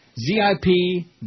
Z-I-P